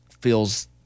feels